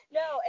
no